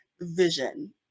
vision